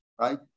right